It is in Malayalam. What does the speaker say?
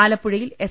ആലപ്പുഴയിൽ എസ്